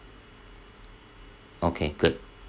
okay good